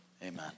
Amen